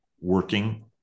working